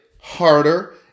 harder